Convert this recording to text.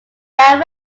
that